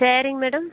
சாரிங்க மேடம்